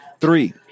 Three